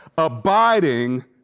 Abiding